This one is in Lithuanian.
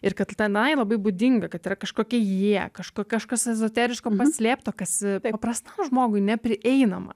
ir kad tenai labai būdinga kad yra kažkokia jie kažko kažkas ezoteriško paslėpto kas paprastam žmogui neprieinama